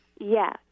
Yes